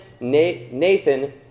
Nathan